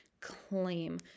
claim